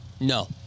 No